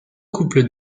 couples